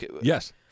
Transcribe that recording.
Yes